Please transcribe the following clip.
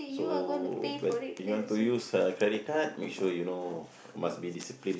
so bet~ if you want to use uh credit card make sure you know must be disciplined